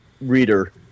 reader